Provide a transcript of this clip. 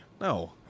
No